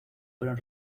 fueron